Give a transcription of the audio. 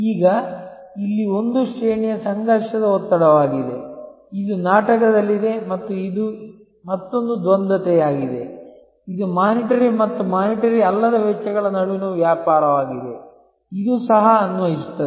ಈಗ ಇಲ್ಲಿ ಇದು ಒಂದು ಶ್ರೇಣಿಯ ಸಂಘರ್ಷದ ಒತ್ತಡವಾಗಿದೆ ಇದು ನಾಟಕದಲ್ಲಿದೆ ಮತ್ತು ಇದು ಮತ್ತೊಂದು ದ್ವಂದ್ವತೆಯಾಗಿದೆ ಇದು ವಿತ್ತೀಯ ಮತ್ತು ವಿತ್ತೀಯಅಲ್ಲದ ವೆಚ್ಚಗಳ ನಡುವಿನ ವ್ಯಾಪಾರವಾಗಿದೆ ಇದು ಸಹ ಅನ್ವಯಿಸುತ್ತದೆ